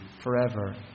forever